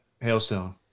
hailstone